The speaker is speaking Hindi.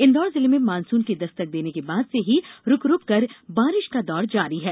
इंदौर जिले में मानसून के दस्तक देने के बाद से ही रूक रूक कर बारिष का दौर जारी है